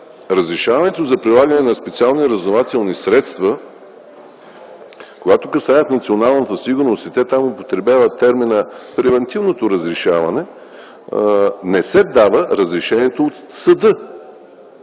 разрешаването за прилагане на специални разузнавателни средства, когато касаят националната сигурност, те там употребяват термина „превантивното разрешаване”, разрешението не се